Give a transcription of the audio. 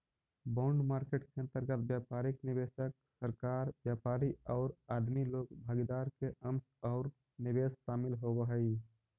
bond market के अंतर्गत व्यापारिक निवेशक, सरकार, व्यापारी औउर आदमी लोग भागीदार के अंश औउर निवेश शामिल होवऽ हई